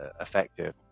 effective